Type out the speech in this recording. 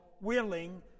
willing